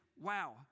Wow